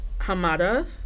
Hamada